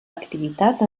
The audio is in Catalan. activitat